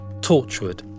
Torchwood